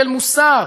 של מוסר,